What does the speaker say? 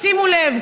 שימו לב,